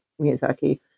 Miyazaki